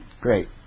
Great